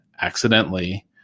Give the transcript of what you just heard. accidentally